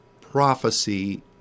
prophecy